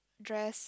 dress